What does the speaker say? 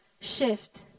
shift